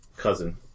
Cousin